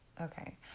Okay